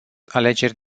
alegeri